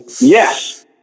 Yes